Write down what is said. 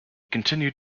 continued